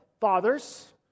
Fathers